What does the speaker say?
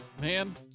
Man